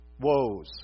woes